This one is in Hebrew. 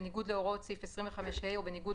בניגוד להוראות סעיף 25(ה) או בניגוד